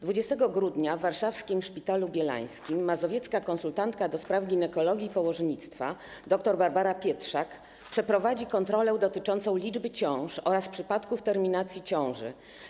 20 grudnia w warszawskim Szpitalu Bielańskim mazowiecka konsultantka ds. ginekologii i położnictwa dr Barbara Pietrzak przeprowadzi kontrolę dotyczącą liczby ciąż oraz przypadków terminacji ciąży.